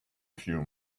few